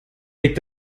legt